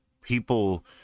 people